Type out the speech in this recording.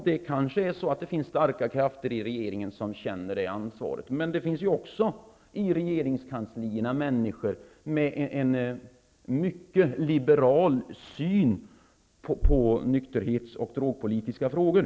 Det kanske är så att det i regeringen finns starka krafter som känner det ansvaret, men det finns också i regeringskansliet människor med en mycket liberal syn på nykterhets och drogpolitiska frågor.